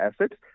assets